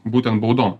būtent baudom